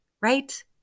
right